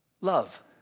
love